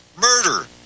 murder